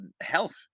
health